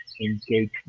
engagement